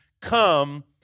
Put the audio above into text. come